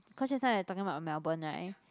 cause just now you're talking about Melbourne right